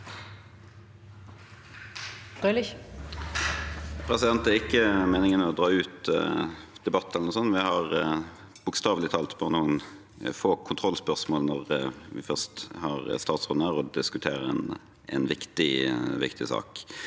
Frølich (H) Det er ikke meningen å dra ut debatten. Vi har bokstavelig talt bare noen få kontrollspørsmål når vi først har statsråden her og diskuterer en viktig sak.